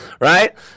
Right